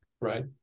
right